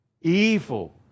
evil